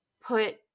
put